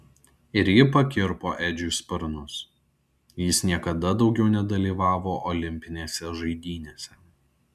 ir ji pakirpo edžiui sparnus jis niekada daugiau nedalyvavo olimpinėse žaidynėse